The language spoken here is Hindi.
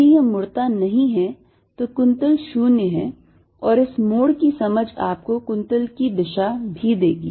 यदि यह मुड़ता नहीं है तो कुंतल शून्य है और इस मोड़ की समझ आपको कुंतल की दिशा भी देगी